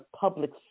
public